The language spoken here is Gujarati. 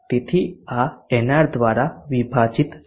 તેથી આ nr દ્વારા વિભાજિત છે